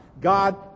God